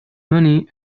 money